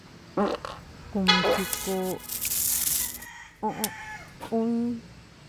Komixhiko o'on oñi.